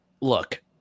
look